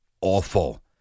awful